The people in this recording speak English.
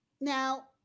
Now